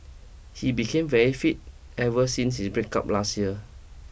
he became very fit ever since his breakup last year